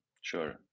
sure